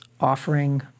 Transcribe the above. offering